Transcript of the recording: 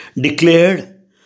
declared